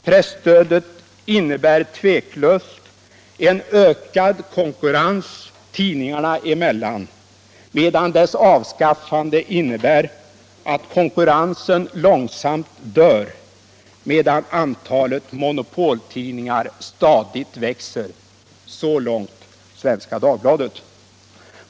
Presstödet innebär tveklöst en ökad konkurrens tidningarna emellan, medan dess avskaffande innebär att konkurrensen långsamt dör, medan antalet monopoltidningar stadigt växer, heter det i Svenska Dagbladet.